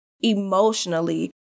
emotionally